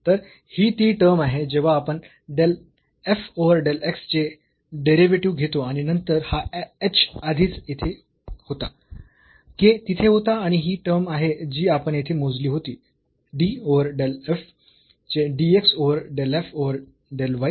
तर ही ती टर्म आहे जेव्हा आपण del f over del x चे डेरिव्हेटिव्ह घेतो आणि नंतर हा h आधीच येथे होता k तिथे होता आणि ही टर्म आहे जी आपण येथे मोजली होती d ओव्हर डेल f चे dx over del f over del y